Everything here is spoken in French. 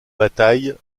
bataille